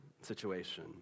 situation